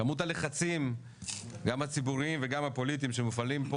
כמות הלחצים גם הציבוריים וגם הפוליטיים שמופעלים פה